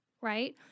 Right